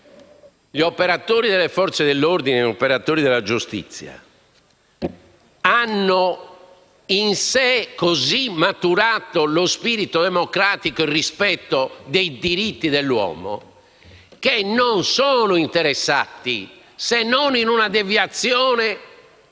gli operatori delle Forze dell'ordine e della giustizia, hanno in sé così maturato lo spirito democratico e il rispetto dei diritti dell'uomo che non sono interessati, se non in una deviazione episodica